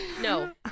No